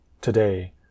today